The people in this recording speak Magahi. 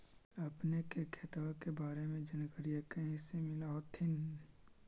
अपने के खेतबा के बारे मे जनकरीया कही से मिल होथिं न?